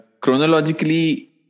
Chronologically